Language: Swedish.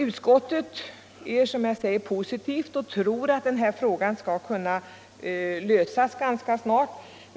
Utskottet är, som jag sade, positivt och tror att denna fråga skall kunna lösas ganska snart.